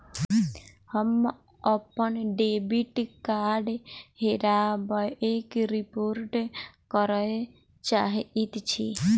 हम अप्पन डेबिट कार्डक हेराबयक रिपोर्ट करय चाहइत छि